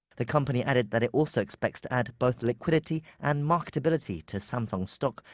the company added that it also expects to add both liquidity and marketability to samsung's stock,